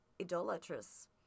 idolatrous